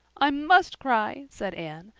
i must cry, said anne.